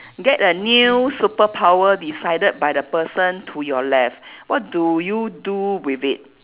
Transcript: get a new superpower decided by the person to your left what do you do with it